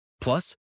Plus